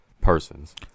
persons